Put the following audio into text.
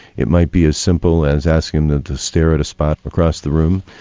it might be as simple as asking them to stare at a spot across the room,